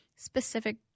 Specific